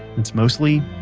it's mostly,